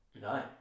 No